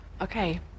Okay